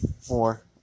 Four